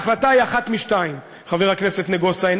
ההחלטה היא אחת משתיים, חבר הכנסת נגוסה.